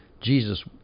Jesus